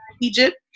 Egypt